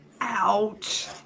Ouch